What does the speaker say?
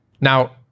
Now